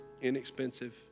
inexpensive